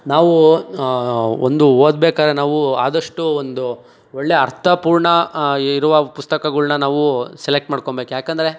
ನಾವು ಒಂದು ಓದಬೇಕಾರೆ ನಾವು ಆದಷ್ಟು ಒಂದು ಒಳ್ಳೆ ಅರ್ಥಪೂರ್ಣ ಇರುವ ಪುಸ್ತಕಗಳ್ನ ನಾವು ಸೆಲೆಕ್ಟ್ ಮಾಡ್ಕೊಂಬೇಕು ಯಾಕಂದರೆ